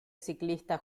ciclista